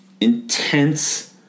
intense